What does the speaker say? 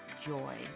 joy